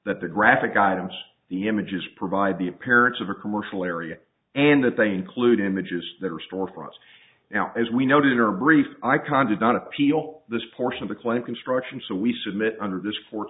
that the graphic items the images provide the appearance of a commercial area and that they include images that are storefronts now as we noted are brief icons did not appeal this portion of the claim construction so we submit under this for